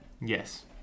Yes